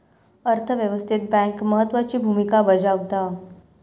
अर्थ व्यवस्थेत बँक महत्त्वाची भूमिका बजावता